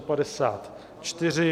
54.